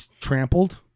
trampled